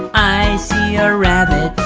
i rabbit.